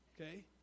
okay